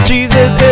Jesus